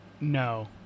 No